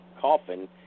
coffin